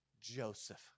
joseph